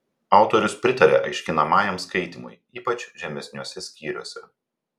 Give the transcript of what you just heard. autorius pritaria aiškinamajam skaitymui ypač žemesniuose skyriuose